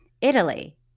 Italy